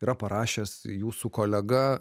yra parašęs jūsų kolega